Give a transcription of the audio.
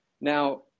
Now